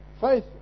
Faith